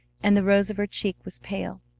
and the rose of her cheek was pale.